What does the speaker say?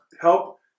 help